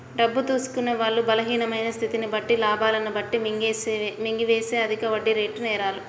డబ్బు తీసుకునే వాళ్ళ బలహీనమైన స్థితిని బట్టి లాభాలను మింగేసేవే అధిక వడ్డీరేటు నేరాలు